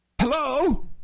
Hello